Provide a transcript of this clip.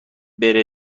بره